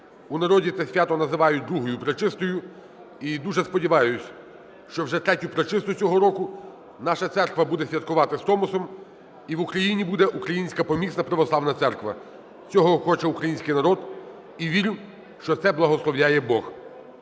У народі це свято називають Другою Пречистою. І дуже сподіваюсь, що вже Третю Пречисту цього року наша церква буде святкувати з Томосом і в Україні буде Українська помісна православна церква. Цього хоче український народ і вірю, що це благословляє Бог.